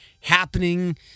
happening